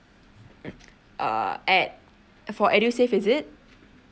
mm uh ed~ for edusave is it